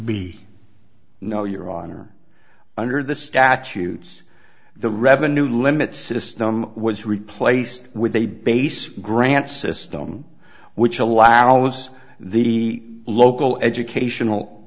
be no your honor under the statutes the revenue limits system was replaced with a base grant system which allows the local educational